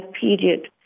period